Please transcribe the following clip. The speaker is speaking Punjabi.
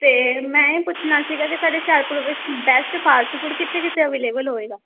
ਅਤੇ ਮੈਂ ਇਹ ਪੁੱਛਣਾ ਸੀਗਾ ਕਿ ਤੁਹਾਡੇ ਹੁਸ਼ਿਆਰਪੁਰ ਵਿੱਚ ਬੈਸਟ ਫਾਸਟਫੂਡ ਕਿੱਥੇ ਕਿੱਥੇ ਅਵੇਲੇਬਲ ਹੋਵੇਗਾ